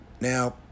Now